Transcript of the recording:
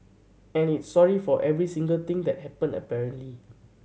and it's sorry for every single thing that happened apparently